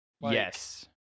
Yes